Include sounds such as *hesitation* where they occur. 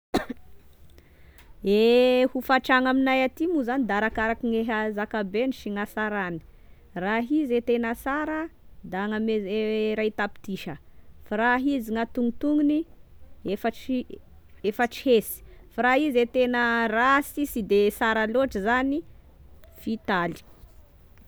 *noise* E hofantrano aminay aty moa zany da arakaraky gne hazakabeny sy hasarany, raha izy e tena sara da agny ame *hesitation* ray tapitrisa, raha izy gn'antonontonony efatry *hesitation* efatry hesy, fa raha ize tena rasy, sy dia sara loatry zany fitaly.